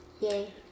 yay